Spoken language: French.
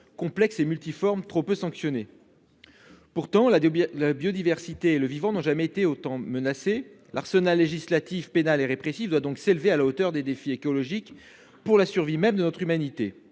complexes, multiformes et trop peu sanctionnés. La biodiversité et le vivant n'ont jamais été autant menacés. L'arsenal législatif, pénal et répressif doit donc être porté à la hauteur des défis écologiques, pour la survie même de notre humanité.